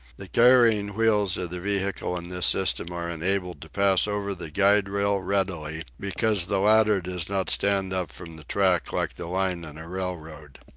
the carrying wheels of the vehicle in this system are enabled to pass over the guide-rail readily, because the latter does not stand up from the track like the line in a railroad.